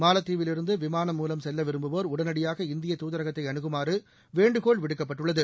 மாலத்தீவில் இருந்து விமானம் மூவம் செல்ல விரும்புவோர்உடனடியாக இந்திய தூதரகத்தை அனுகுமாறு வேண்டுகோள் விடுக்கப்பட்டுள்ளது